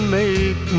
make